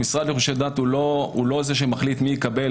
המשרד לשירותי הדת הוא לא זה שמחליט בסוף מי יקבל,